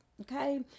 okay